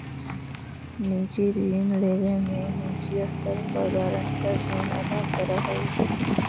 निजी ऋण लेवे में निजी स्तर पर गारंटर ऋण अदा करऽ हई